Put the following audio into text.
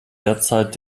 derzeit